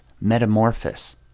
metamorphosis